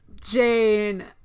Jane